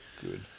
good